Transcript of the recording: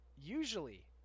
usually